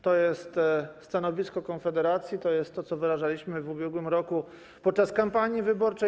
To jest stanowisko Konfederacji, to jest to, co wyrażaliśmy w ubiegłym roku podczas kampanii wyborczej.